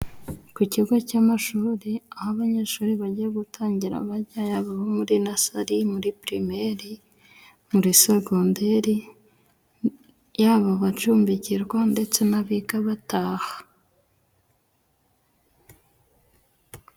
Ku kigo cy'amashuri, aho abanyeshuri bajya gutangira bajya, yabo muri nasali, muri pirimari, muri segonderi, yaba abacumbikirwa ndetse n'abiga bataha.